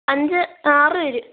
അഞ്ച് ആറുപേര്